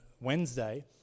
Wednesday